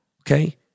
Okay